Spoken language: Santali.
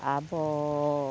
ᱟᱵᱚᱻ